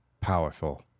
powerful